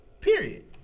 period